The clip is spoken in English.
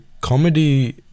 comedy